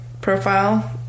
profile